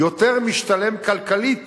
יותר משתלם כלכלית